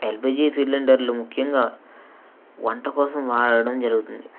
LPG సిలిండర్లు ముఖ్యంగా వంట కోసం వాడడం జరుగుతుంది